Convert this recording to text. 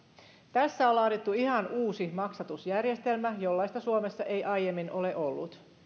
tässä on laadittu ihan uusi maksatusjärjestelmä jollaista suomessa ei aiemmin ole ollut